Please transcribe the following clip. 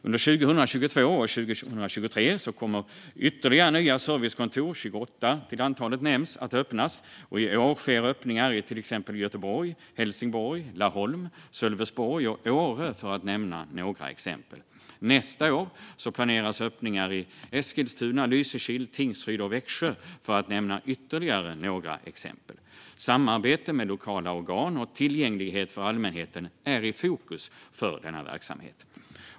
Under 2022 och 2023 kommer ytterligare nya servicekontor att öppnas. De blir 28 till antalet. I år sker öppningar i Göteborg, Helsingborg, Laholm, Sölvesborg och Åre, för att nämna några exempel. Nästa år planeras öppningar i Eskilstuna, Lysekil, Tingsryd och Växjö, för att nämna ytterligare några exempel. Samarbete med lokala organ och tillgänglighet för allmänheten är i fokus för denna verksamhet.